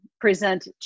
present